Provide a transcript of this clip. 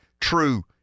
true